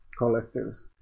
collectives